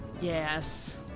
Yes